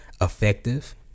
effective